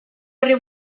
horri